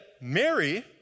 Mary